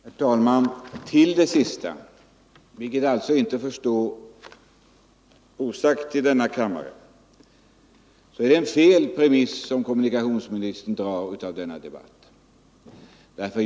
Herr talman! Till det senaste som kommunikationsministern yttrade —- vilket inte bör få stå oemotsagt i denna kammare — vill jag säga att det är en felaktig slutsats som kommunikationsministern drar av den här debatten.